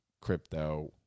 crypto